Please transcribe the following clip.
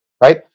Right